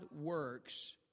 works